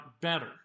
better